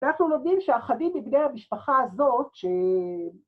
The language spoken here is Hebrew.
‫ואנחנו לומדים שאחדים ‫מבני המשפחה הזאת, ש...